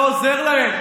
לא נאום.